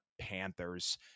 Panthers